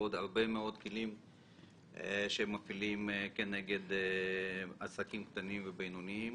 ועוד הרבה מאוד כלים שהם מפעילים כנגד עסקים קטנים ובינוניים.